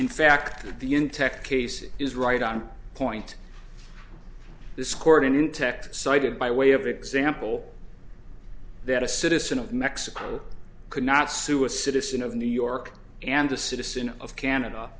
in fact begin tech case is right on point this court in texas cited by way of example that a citizen of mexico could not sue a citizen of new york and a citizen of canada